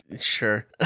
Sure